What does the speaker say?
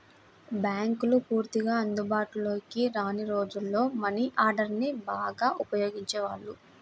బ్యేంకులు పూర్తిగా అందుబాటులోకి రాని రోజుల్లో మనీ ఆర్డర్ని బాగా ఉపయోగించేవాళ్ళు